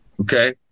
Okay